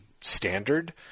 standard